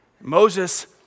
Moses